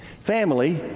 Family